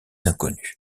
inconnues